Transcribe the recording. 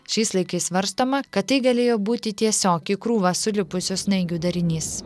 šiais laikais svarstoma kad tai galėjo būti tiesiog į krūvą sulipusių snaigių darinys